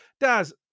Daz